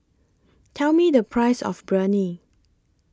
Tell Me The Price of Biryani